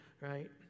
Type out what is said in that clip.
right